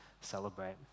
celebrate